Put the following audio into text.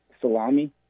Salami